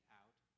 out